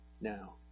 now